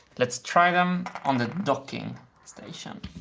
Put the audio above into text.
let's try them on the docking station.